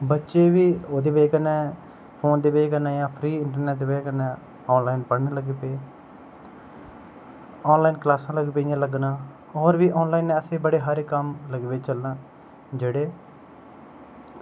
बच्चे बी एह्दी बजह कन्नै फोन दी बजह कन्नै जां फ्री इंटरनैट दी बजह कन्नै आनलाइन पढ़न लगी पे आनलाइन क्लासां लगी पेइयां लग्गन होर बी आनलाइन ऐसे बड़े हारे कम्म लगी पे चलनां जेह्ड़े